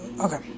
Okay